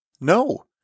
no